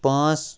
پانٛژھ